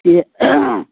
ꯏꯆꯦ